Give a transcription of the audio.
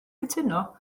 cytuno